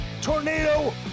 Tornado